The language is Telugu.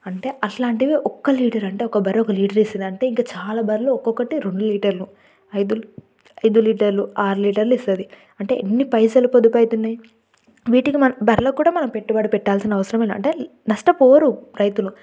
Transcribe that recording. అంటే అట్లాంటివి ఒక్క లీటర్ అంటే ఒక బర్రె ఒక లీటర్ ఇస్తదంటే ఇంక చాలా బర్రెలు ఒక్కొక్కటి రెండు లీటర్లు ఐదు ఐదు లీటర్లు ఆరు లీటర్లు ఇస్తుంది అంటే ఎన్ని పైసలు పొదుపైతున్నాయి వీటికి మనం బర్రెలకు కూడా మనం పెట్టుబడి పెట్టాల్సిన అవసరమే లే అంటే నష్టపోరు రైతులు